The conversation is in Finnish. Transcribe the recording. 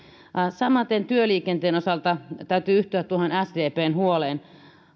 samaten työliikenteen osalta täytyy yhtyä sdpn huoleen